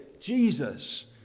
Jesus